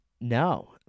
no